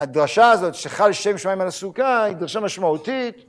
הדרשה הזאת שחל שם שמים על הסוכה היא דרשה משמעותית.